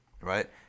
right